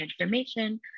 information